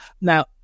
now